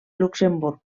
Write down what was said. luxemburg